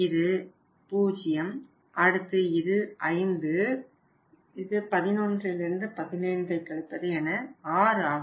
இது 00 அடுத்து இது 5 11 15 என 6 ஆகும்